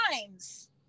times